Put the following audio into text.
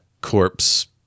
corpse